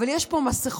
אבל יש פה מסכות,